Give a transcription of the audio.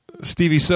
Stevie